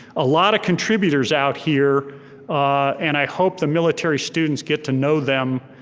a lot of contributors out here and i hope the military students get to know them